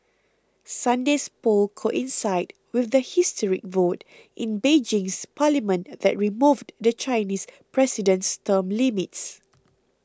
Sunday's polls coincided with the historic vote in Beijing's parliament that removed the Chinese president's term limits